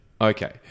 Okay